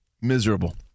Miserable